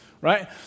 right